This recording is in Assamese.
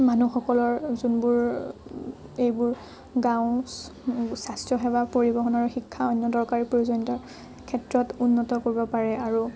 মানুহসকলৰ যোনবোৰ এইবোৰ গাঁও স্বাস্থ্যসেৱা পৰিবহণৰ শিক্ষাৰ অন্য দৰকাৰী পৰ্যন্ত ক্ষেত্ৰত উন্নত কৰিব পাৰে আৰু